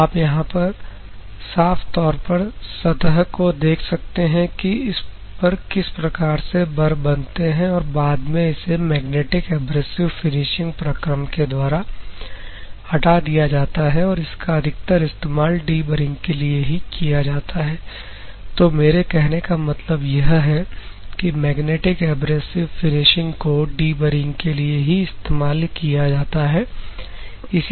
तो आप यहां पर साफ तौर पर सतह को देख सकते हैं कि इस पर किस प्रकार से बर बनते हैं और बाद में इसे मैग्नेटिक एब्रेसिव फिनिशिंग प्रक्रम के द्वारा हटा दिया जाता है और इसका अधिकतर इस्तेमाल डीबरिंग के लिए ही किया जाता है तो मेरे कहने का मतलब यह है कि मैग्नेटिक एब्रेसिव फिनिशिंग को डीबरिंग के लिए ही इस्तेमाल किया जाता है